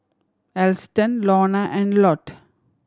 Alston Lorna and Lott